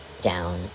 down